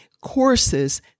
courses